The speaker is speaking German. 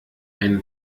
eine